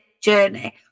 journey